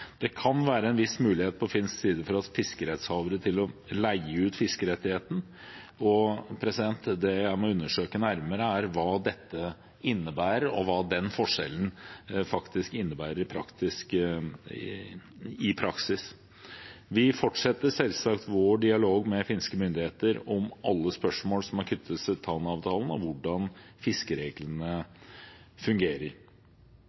Tanavassdraget kan videreselges. Det kan være en viss mulighet på finsk side for fiskerettshavere til å leie ut fiskerettigheten. Det jeg må undersøke nærmere, er hva dette innebærer, og hva den forskjellen faktisk innebærer i praksis. Vi fortsetter selvsagt vår dialog med finske myndigheter om alle spørsmål som er knyttet til Tana-avtalen om hvordan